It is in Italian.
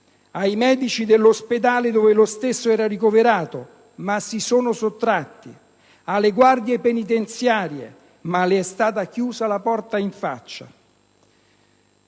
ai medici dell'ospedale dov'era ricoverato, che però si sono sottratti; alle guardie penitenziarie, ma le è stata chiusa la porta in faccia.